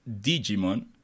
Digimon